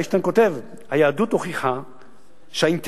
ואיינשטיין כותב: "היהדות הוכיחה שהאינטלקט